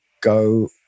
go